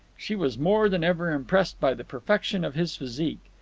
she was more than ever impressed by the perfection of his physique.